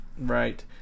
Right